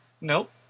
Nope